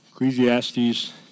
Ecclesiastes